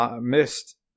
missed